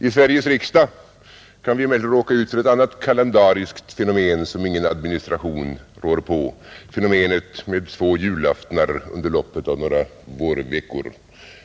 I Sveriges riksdag kan vi emellertid råka ut för ett annat kalendariskt fenomen, som ingen administration rår på: fenomenet med två julaftnar under loppet av några vårveckor.